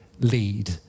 lead